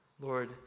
Lord